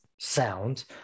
sound